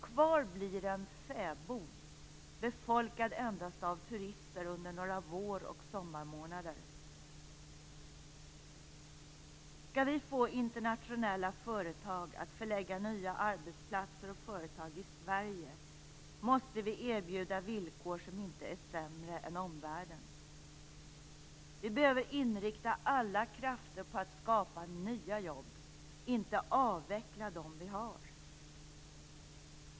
Kvar blir en fäbod, befolkad endast av turister under några vår och sommarmånader. Skall vi få internationella företag att förlägga nya arbetsplatser och företag i Sverige måste vi erbjuda villkor som inte är sämre än omvärldens.